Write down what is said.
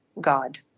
God